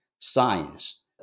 science